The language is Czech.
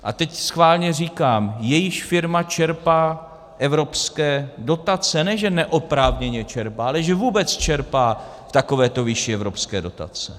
A teď schválně říkám, jejíž firma čerpá evropské dotace, ne že neoprávněné čerpá, ale že vůbec čerpá v takovéto výši evropské dotace.